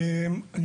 אני